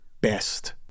best